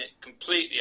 completely